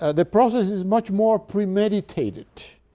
and the process is much more premediated,